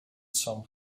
sam